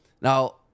now